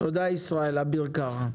אביר קארה.